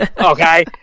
okay